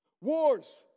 wars